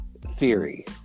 theory